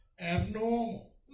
abnormal